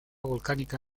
volcánica